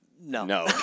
No